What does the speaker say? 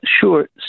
sure